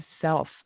self